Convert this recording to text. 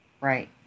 Right